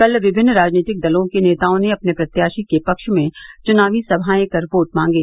कल विभिन्न राजनीतिक दलों के नेताओं ने अपने प्रत्याशी के पक्ष में चुनावी सभायें कर बोट मांगे